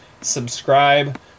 subscribe